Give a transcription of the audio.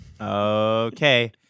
Okay